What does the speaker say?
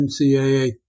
NCAA